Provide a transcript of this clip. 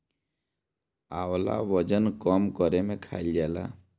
आंवला वजन कम करे में खाईल जाला